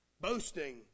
Boasting